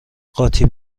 قاطی